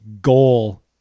goal